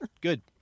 Good